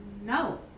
no